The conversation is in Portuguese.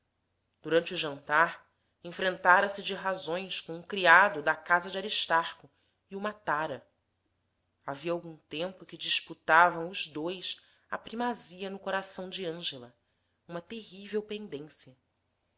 durante o jantar enfrentara se de razões com um criado da casa de aristarco e o matara havia algum tempo que disputavam os dois a primazia no coração de ângela uma terrível pendência